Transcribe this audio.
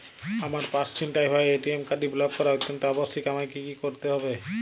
আমার পার্স ছিনতাই হওয়ায় এ.টি.এম কার্ডটি ব্লক করা অত্যন্ত আবশ্যিক আমায় কী কী করতে হবে?